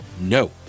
No